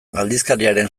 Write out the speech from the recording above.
aldizkariaren